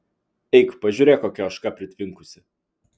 eik pažiūrėk kokia ožka pritvinkusi